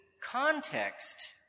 context